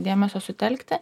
dėmesio sutelkti